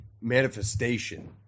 manifestation